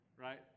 right